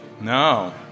No